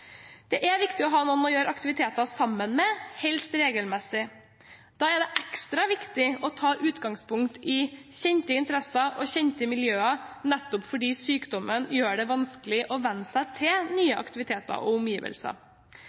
Det er viktig å ha noen å gjøre aktiviteter sammen med, helst regelmessig. Da er det ekstra viktig å ta utgangspunkt i kjente interesser og kjente miljøer, nettopp fordi sykdommen gjør det vanskelig å venne seg til nye aktiviteter og omgivelser.